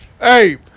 Hey